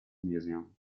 museum